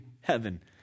heaven